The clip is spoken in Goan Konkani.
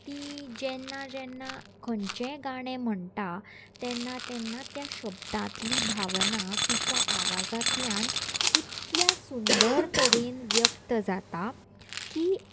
ती जेन्ना जेन्ना खंयचेंय गाणें म्हणटा तेन्ना तेन्ना त्या शब्दांतली भावना तिच्या आवाजांतल्यान इतल्या सुंदर तरेन व्यक्त जाता की